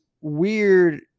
weird